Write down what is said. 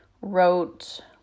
wrote